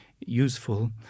useful